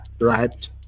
right